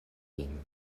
vin